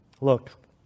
Look